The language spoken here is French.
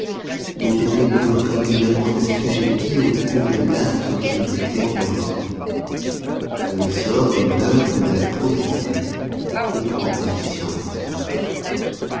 été plus régulièrement assujéttis au cours de l'astre qui nous éclaire durant la nuit que le sort des mœurs de la probité au progrès des sciences des arts